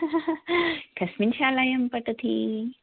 कस्मिन् शालायां पठति